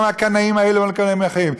לא מהקנאים הללו ולא מהקנאים האחרים.